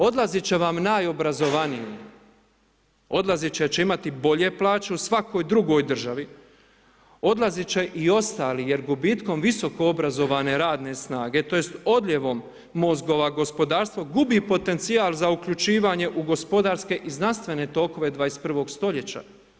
Odlazit će vam najobrazovaniji, odlazit će jer će imati bolje plaće u svakoj drugoj državi, odlazit će i ostali jer gubitkom visokoobrazovane radne snage tj. odljevom mozgova gospodarstvo gubi potencijal za uključivanje u gospodarske i znanstvene tokove 21. stoljeća.